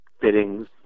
fittings